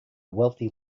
wealthy